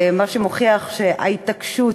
מה שמוכיח שההתעקשות,